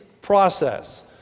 process